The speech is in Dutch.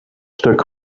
stuk